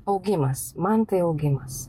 augimas man tai augimas